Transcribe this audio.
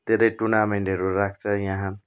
धेरै टुर्नामेन्टहरू राख्छ यहाँ